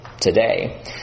today